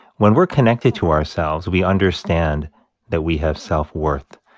when we're connected to ourselves, we understand that we have self-worth.